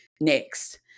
next